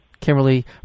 kimberly